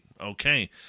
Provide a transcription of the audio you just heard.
Okay